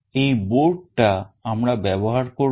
এই বোর্ডটা আমরা ব্যবহার করব